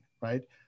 right